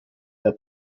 der